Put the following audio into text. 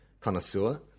connoisseur